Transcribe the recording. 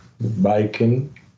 biking